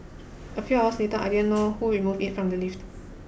a few hours later I didn't know who removed it from the lift